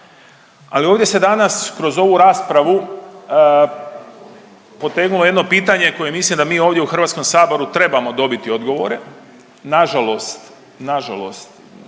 Ali ovdje se danas kroz ovu raspravu potegnulo jedno pitanje koje mislim da mi ovdje u HS-u trebamo dobiti odgovore. Nažalost, nažalost,